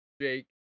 Jake